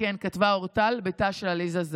כתבה אורטל, בתה של עליזה,